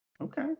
okay